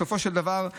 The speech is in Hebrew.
בסופו של דבר,